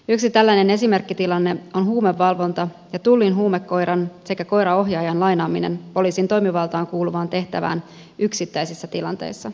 yksi tällainen esimerkkitilanne on huumevalvonta ja tullin huumekoiran sekä koiraohjaajan lainaaminen poliisin toimivaltaan kuuluvaan tehtävään yksittäisessä tilanteessa